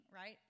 right